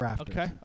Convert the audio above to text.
Okay